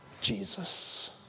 Jesus